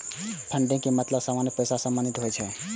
funding के मतलब सामान्यतः पैसा सं संबंधित होइ छै